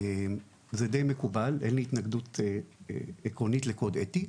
זה די מקובל, אין לי התנגדות עקרונית לקוד אתי,